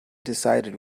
decided